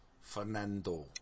Fernando